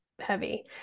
heavy